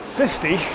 fifty